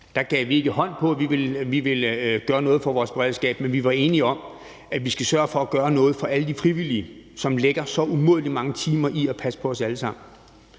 Der gav vi ikke hånd på, at vi vil gøre noget for vores beredskab, men vi var enige om, at vi skal sørge for at gøre noget for alle de frivillige, som lægger så umådelig mange timer i at passe på os alle sammen.